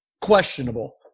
questionable